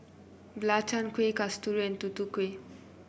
belacan Kueh Kasturi Tutu Kueh